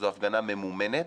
זו הפגנה ממומנת